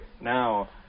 Now